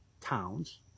towns